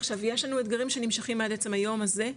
עכשיו יש לנו אתגרים שנמשכים עד עצם היום הזה,